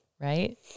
right